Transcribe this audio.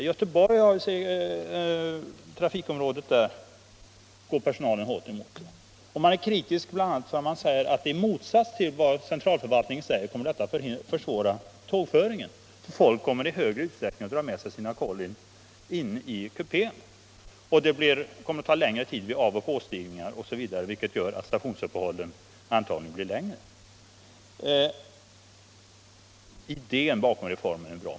I Göteborgs trafikområde går personalen emot höjningarna och är dessutom kritisk och säger att i motsats till vad centralförvaltningen förklarat kommer höjningarna att försvåra tågföringen. Resenärerna kommer att i större utsträckning dra med sig sina kollin in i kupén, och det kommer att ta längre tid med avoch påstigningar osv., vilket gör att stationsuppehållen antagligen blir längre. Idén bakom reformen är bra.